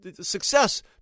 success